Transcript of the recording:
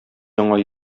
яңа